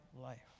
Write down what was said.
life